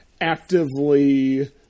actively